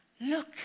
Look